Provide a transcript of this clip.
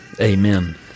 amen